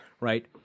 Right